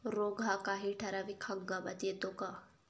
रोग हा काही ठराविक हंगामात येतो का?